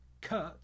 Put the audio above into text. kurt